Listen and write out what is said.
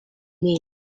mean